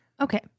Okay